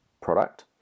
product